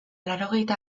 laurogeita